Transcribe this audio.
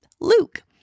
Luke